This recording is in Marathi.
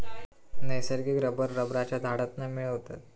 नैसर्गिक रबर रबरच्या झाडांतना मिळवतत